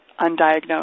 undiagnosed